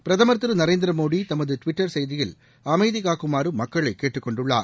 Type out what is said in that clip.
பிரதமர் திரு நரேந்திர மோடி தமது டுவிட்டர் செய்தியில் அமைதி காக்குமாறு மக்களை கேட்டுக்கொண்டுள்ளார்